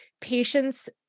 patients